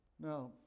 Now